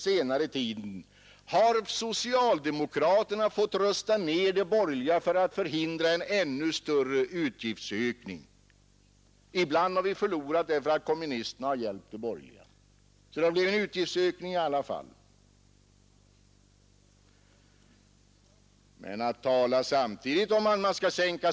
Jo, att det för alla inkomster upp till 100 000 kronor blir en sänkning av den direkta statsskatten. Sedan må ni plocka fram tabeller så att ni fullsmockar tavlan över mig, men detta är ett faktum.